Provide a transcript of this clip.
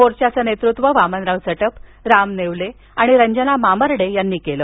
मोर्चाचं नेतृत्व वामनराव चटप राम नेवले आणि रंजना मामर्डे यांनी केलं